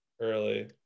early